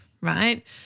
right